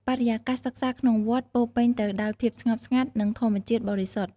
បរិយាកាសសិក្សាក្នុងវត្តពោរពេញទៅដោយភាពស្ងប់ស្ងាត់ និងធម្មជាតិបរិសុទ្ធ។